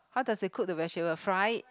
how does it cook the vegetable fried